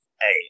Hey